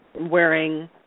wearing